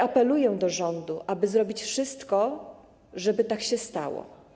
Apeluję do rządu, aby zrobić wszystko, żeby tak się stało.